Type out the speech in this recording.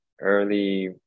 early